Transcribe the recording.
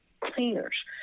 cleaners